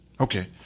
Okay